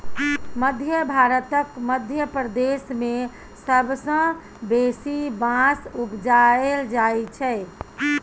मध्य भारतक मध्य प्रदेश मे सबसँ बेसी बाँस उपजाएल जाइ छै